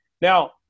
Now